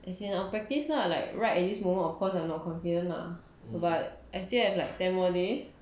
as in our practice lah like right at this moment of course I'm not confident lah but I still have like ten more days